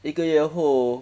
一个月后